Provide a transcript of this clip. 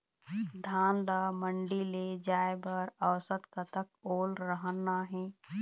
धान ला मंडी ले जाय बर औसत कतक ओल रहना हे?